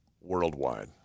worldwide